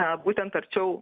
na būtent arčiau